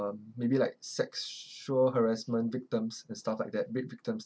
maybe like sexual harassment victims and stuff like that rape victims